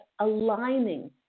aligning